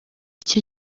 cyo